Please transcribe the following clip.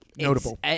notable